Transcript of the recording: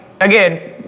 again